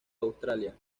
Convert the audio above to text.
australia